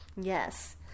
Yes